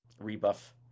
rebuff